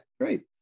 great